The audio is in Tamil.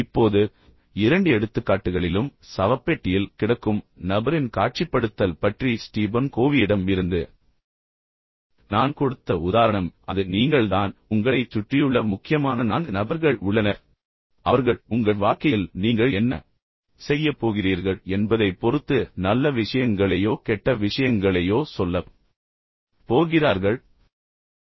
இப்போது இரண்டு எடுத்துக்காட்டுகளிலும் சவப்பெட்டியில் கிடக்கும் நபரின் காட்சிப்படுத்தல் பற்றி ஸ்டீபன் கோவியிடம் இருந்து நான் கொடுத்த உதாரணம் அது நீங்கள்தான் பின்னர் உங்களைச் சுற்றியுள்ள முக்கியமான நான்கு நபர்கள் உள்ளனர் பின்னர் அவர்கள் உங்கள் வாழ்க்கையில் நீங்கள் இப்போது என்ன செய்யப் போகிறீர்கள் என்பதைப் பொறுத்து நல்ல விஷயங்களையோ கெட்ட விஷயங்களையோ சொல்லப் போகிறார்கள் ஒரு உதாரணம்